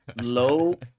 low